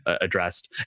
addressed